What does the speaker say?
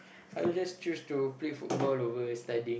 I will just choose to play football over studying